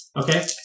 Okay